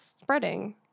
spreading